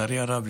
לצערי הרב,